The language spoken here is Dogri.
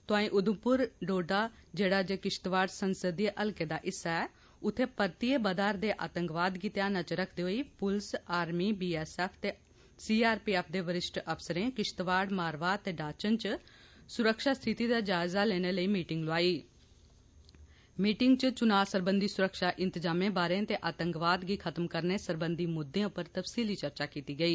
तोआंई उधमपुर डोडा जेडा जे किष्तवाड संसदीय चुनावी हल्के दा हिस्सा ऐ उत्थे परतीयें बधार करदे आंतकवाद गी ध्याना च रक्खदे होई पुलस आर्मी बी एस एफ ते सी आर पी एफ दे बरिश्ठ अफसरें किष्तवाड़ मारवाह ते डाचन च सुरक्षा स्थिति दा जायजा लेने लेई मीटिंग लोआई जेहदे च चुनां सरबंधी सुरक्षा इंतजामें बारै ते आंतकवाद गी खत्म करने सरबंधी मुद्दे उप्पर तफसीली चर्चा कीत्ती गेई